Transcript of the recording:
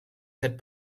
set